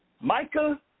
Micah